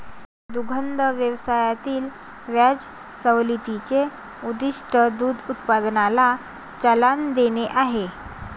दुग्ध व्यवसायातील व्याज सवलतीचे उद्दीष्ट दूध उत्पादनाला चालना देणे आहे